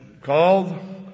called